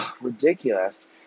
ridiculous